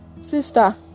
Sister